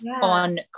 on